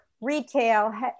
retail